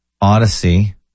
Odyssey